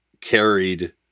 carried